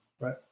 right